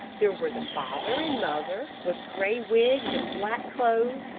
there were the father and mother, with gray wigs and black clothes,